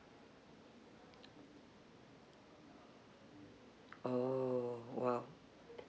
oh !wow!